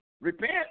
Repent